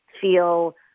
feel